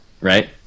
right